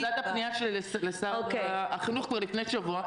זאת הייתה פנייה שלי לשר החינוך כבר לפני שבוע.